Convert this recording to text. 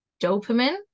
dopamine